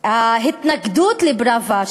ההתנגדות לפראוור,